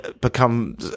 become